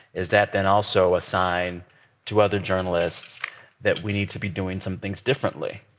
is that then also a sign to other journalists that we need to be doing some things differently?